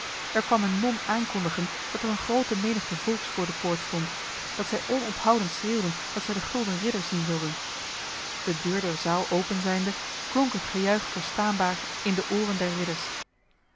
er kwam een non aankondigen dat er een grote menigte volks voor de poort stond dat zij onophoudend schreeuwden dat zij de gulden ridder zien wilden de deur der zaal open zijnde klonk het gejuich verstaanbaar in de oren der ridders